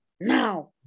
now